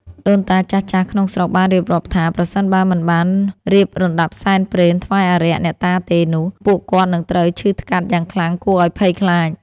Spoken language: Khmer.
ដូនតាចាស់ៗក្នុងស្រុកបានរៀបរាប់ថា ប្រសិនបើមិនបានរៀបរណ្ដាប់សែនព្រេនថ្វាយអារក្ស អ្នកតាទេនោះ ពួកគាត់នឹងត្រូវឈឺថ្កាត់យ៉ាងខ្លាំងគួរឲ្យភ័យខ្លាច។